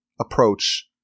approach